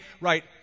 right